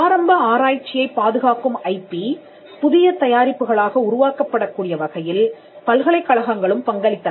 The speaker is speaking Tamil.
ஆரம்ப ஆராய்ச்சியைப் பாதுகாக்கும் ஐபி புதிய தயாரிப்புகளாக உருவாக்கப்படக்கூடிய வகையில்பல்கலைக்கழகங்களும் பங்களித்தன